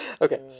Okay